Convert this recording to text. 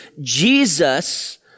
Jesus